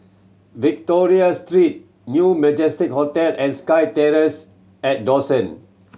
Victoria Street New Majestic Hotel and SkyTerrace and Dawson